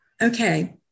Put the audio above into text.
Okay